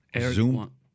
Zoom